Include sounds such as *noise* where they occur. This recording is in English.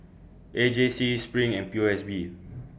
A J C SPRING and P O S B *noise*